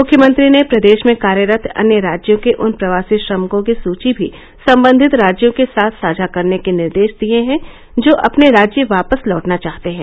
मुख्यमंत्री ने प्रदेश में कार्यरत अन्य राज्यों के उन प्रवासी श्रमिकों की सुची भी संबंधित राज्यों के साथ साझा करने के निर्देश दिए हैं जो अपने राज्य वापस लौटना चाहते हैं